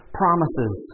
promises